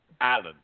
Alan